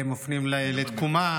מופנים לתקומה,